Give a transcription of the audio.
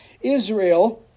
Israel